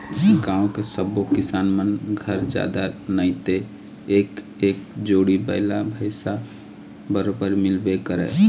गाँव के सब्बो किसान मन घर जादा नइते एक एक जोड़ी बइला भइसा बरोबर मिलबे करय